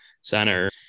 center